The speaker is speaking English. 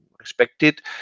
respected